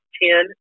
ten